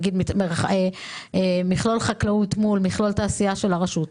נניח מכלול חקלאות מול מכלול תעשייה של הרשות.